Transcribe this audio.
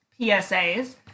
PSAs